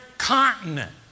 Continent